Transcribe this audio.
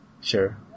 Sure